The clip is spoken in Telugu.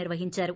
నిర్వహించారు